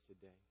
today